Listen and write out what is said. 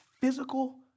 physical